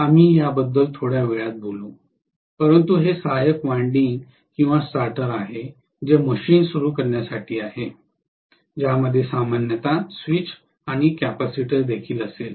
आम्ही याबद्दल थोड्या वेळात बोलू परंतु हे सहायक वायंडिंग किंवा स्टार्टर आहे जे मशीन सुरू करण्यासाठी आहे ज्यामध्ये सामान्यत स्विच आणि कॅपेसिटर देखील असेल